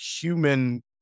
human